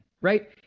right